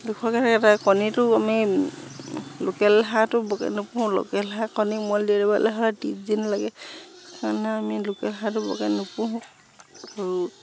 দুশকৈ থাকে তাৰপৰা কণীটো আমি লোকেল হাঁহটো বৰকৈ নোপোহোঁ লোকেল হাঁহ কণী উমনি দিবলৈ হ'লে ত্ৰিছ দিন লাগে সেইকাৰণে আমি লোকেল হাঁহটো বৰকৈ নোপোহোঁ আৰু